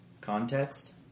context